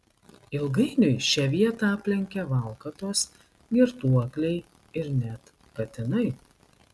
ilgainiui šią vietą aplenkia valkatos girtuokliai ir net katinai